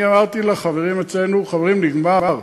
אני אמרתי לחברים אצלנו: חברים, נגמר.